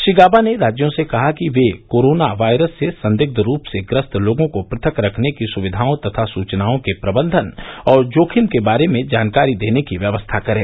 श्री गॉबा ने राज्यों से कहा कि वे कोरोना वायरस से संदिग्ध रूप से ग्रस्त लोगों को पृथक रखने की सुविधाओं तथा सूचनाओं के प्रबंधन और जोखिम के बारे में जानकारी देने की व्यवस्था करें